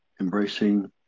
Embracing